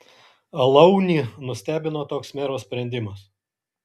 alaunį nustebino toks mero sprendimas